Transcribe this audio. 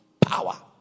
power